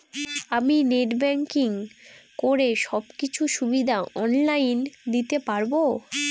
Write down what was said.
আমি net banking করে সব কিছু সুবিধা অন লাইন দিতে পারবো?